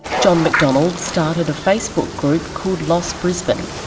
john macdonald started a facebook group called lost brisbane,